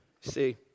See